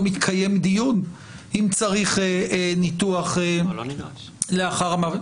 מתקיים דיון אם צריך ניתוח לאחר המוות?